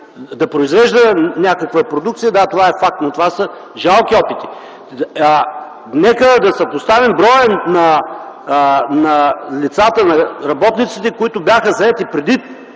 да произвежда някаква продукция, да, това е факт, но това са жалки опити. Нека да съпоставим броя на работниците, които бяха заети преди